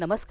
नमस्कार